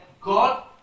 God